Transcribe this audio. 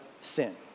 sin